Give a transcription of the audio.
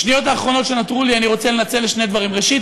את השניות האחרונות שנותרו לי אני רוצה לנצל לשני דברים: ראשית,